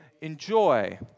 enjoy